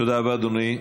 תודה רבה, אדוני.